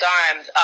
arms